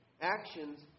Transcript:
Actions